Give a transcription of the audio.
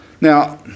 now